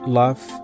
love